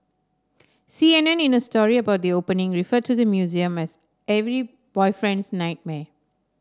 C N N in a story about the opening referred to the museum as every boyfriend's nightmare